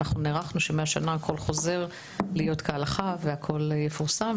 אנחנו נערכנו שמהשנה הכול חוזר להיות כהלכה והכול יפורסם.